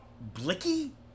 Blicky